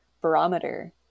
barometer